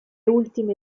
ultime